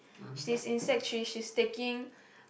she's in sec three she's taking